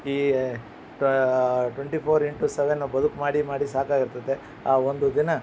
ಈ ಎ twenty four into seven ಬದುಕು ಮಾಡಿ ಮಾಡಿ ಸಾಕಾಗಿರ್ತತೆ ಆ ಒಂದು ದಿನ